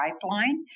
pipeline